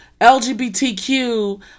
LGBTQ